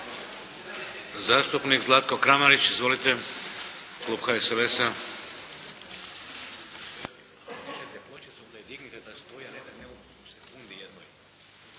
Zastupnik Zlatko Kramarić. Izvolite, klub HSLS-a.